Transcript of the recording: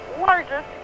largest